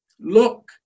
Look